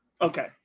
Okay